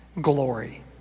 glory